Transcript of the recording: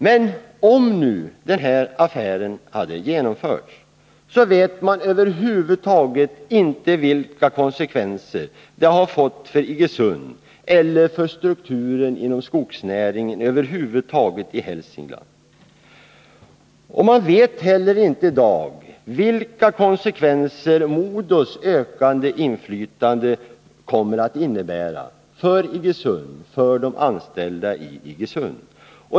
Men om nu den här affären hade genomförts vet man över huvud taget inte vilka konsekvenser detta hade fått för Iggesund eller för strukturen inom skogsnäringen över huvud taget i Hälsingland. Man vet inte heller i dag vilka konsekvenser MoDo:s ökande inflytande kommer att få för de anställda i Iggesund.